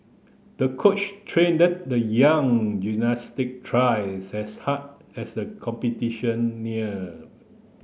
the coach trained the young gymnast twice as hard as the competition neared